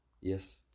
Yes